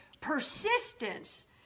persistence